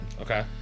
Okay